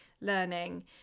learning